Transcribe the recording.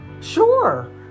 Sure